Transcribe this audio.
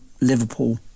Liverpool